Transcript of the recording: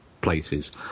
places